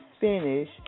finish